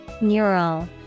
Neural